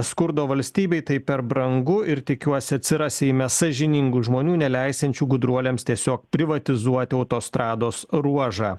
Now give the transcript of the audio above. skurdo valstybėj tai per brangu ir tikiuosi atsiras seime sąžiningų žmonių neleisiančių gudruoliams tiesiog privatizuoti autostrados ruožą